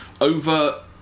over